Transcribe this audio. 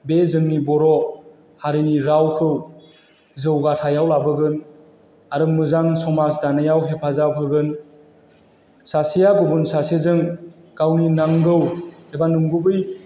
बे जोंनि बर' हारिनि रावखौ जौगाथायाव लाबोगोन आरो मोजां समाज दानायाव हेफाजाब होगोन सासेया गुबुन सासेजों गावनि नांगौ एबा नंगुबै